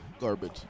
garbage